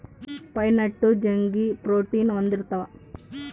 pine nut ಜಗ್ಗಿ protein ಹೊಂದಿರ್ತವ